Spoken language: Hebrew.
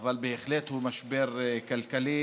אבל בהחלט הוא משבר כלכלי,